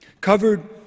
Covered